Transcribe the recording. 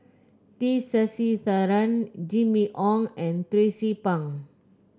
T Sasitharan Jimmy Ong and Tracie Pang